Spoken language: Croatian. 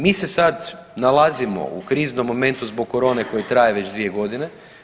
Mi se sad nalazimo u kriznom momentu zbog korone koji traje već 2 godine.